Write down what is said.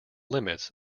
limits